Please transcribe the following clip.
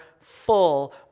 full